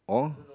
or